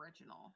original